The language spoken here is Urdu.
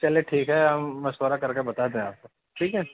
چلیں ٹھیک ہے ہم مشورہ کر کے بتا دیں آپ کو ٹھیک ہے